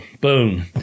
boom